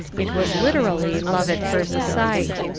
it was literally love at first sight.